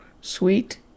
sweet